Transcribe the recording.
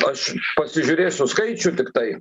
aš pasižiūrėsiu skaičių tiktai